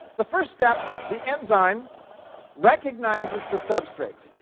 the first step, the enzyme recognizes the substrate.